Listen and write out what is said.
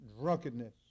drunkenness